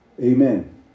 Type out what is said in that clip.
Amen